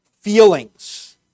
feelings